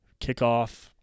kickoff